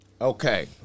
Okay